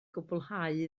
gwblhau